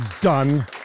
done